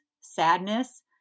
sadness